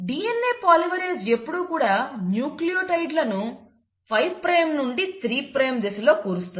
DNA polymerase ఎప్పుడూ కూడా nucleotide లను 5 ప్రైమ్ నుండి 3 ప్రైమ్ దిశలో కూరుస్తుంది